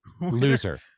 Loser